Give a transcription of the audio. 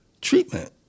treatment